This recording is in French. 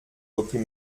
reprit